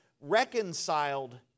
reconciled